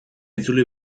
itzuli